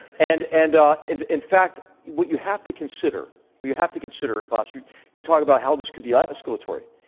and and and in fact, what you have to consider what you have to consider, abbas, you you talk about how this could be ah escalatory.